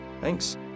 Thanks